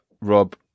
Rob